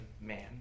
man